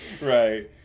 right